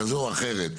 כזו או אחרת,